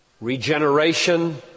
regeneration